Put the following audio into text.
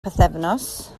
pythefnos